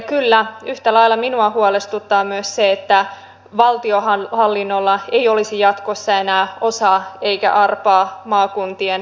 kyllä yhtä lailla minua huolestuttaa myös se että valtionhallinnollahan ei olisi jatkossa enää osaa eikä arpaa maakuntien maankäytössä